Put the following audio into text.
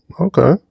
Okay